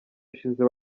ushize